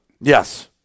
Yes